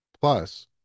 Plus